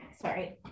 sorry